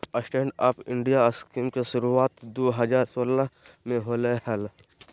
stand up India scheme के शुरुआत दू हज़ार सोलह में होलय हल